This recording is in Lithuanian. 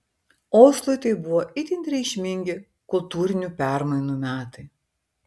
oslui tai buvo itin reikšmingi kultūrinių permainų metai